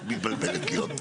את מתבלבלת לי עוד פעם.